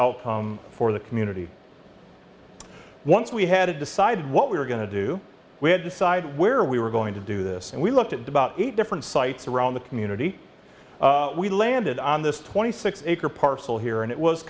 outcome for the community once we had decided what we were going to do we had decided where we were going to do this and we looked at about eight different sites around the community we landed on this twenty six acre parcel here and it was